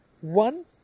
One